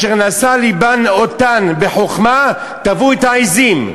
"אשר נשא לבן אֹתנה בחכמה טוו את העזים".